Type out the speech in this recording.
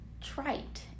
trite